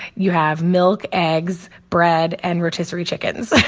you have milk, eggs, bread and rotisserie chickens.